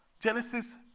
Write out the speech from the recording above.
Genesis